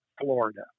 Florida